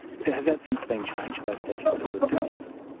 so has that since been changed, those statutes of limitations?